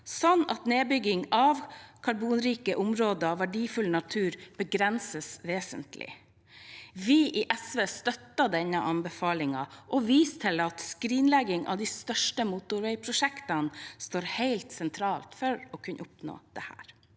sånn at nedbygging av karbonrike områder og verdifull natur begrenses vesentlig. Vi i SV støtter denne anbefalingen og viser til at skrinlegging av de største motorveiprosjektene står helt sentralt for å kunne oppnå det.